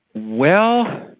well,